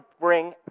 bring